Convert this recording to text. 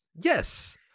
Yes